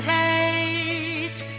hate